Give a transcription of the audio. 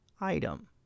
item